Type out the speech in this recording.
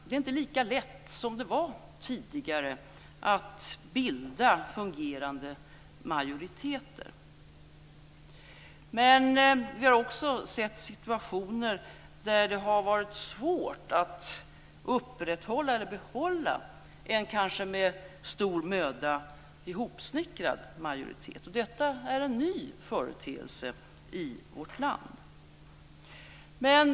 Det är inte lika lätt som det var tidigare att bilda fungerande majoriteter. Vi har också sett situationer där det har varit svårt att upprätthålla eller behålla en, kanske med stor möda hopsnickrad, majoritet. Detta är en ny företeelse i vårt land.